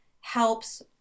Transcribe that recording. helps –